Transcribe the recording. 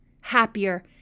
happier